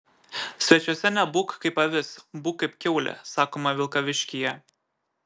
svečiuose nebūk kaip avis būk kaip kiaulė sakoma vilkaviškyje